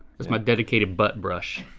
it's my dedicated butt brush.